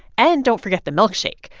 and don't forget the milkshake.